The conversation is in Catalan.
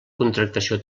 contractació